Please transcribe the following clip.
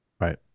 Right